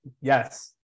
Yes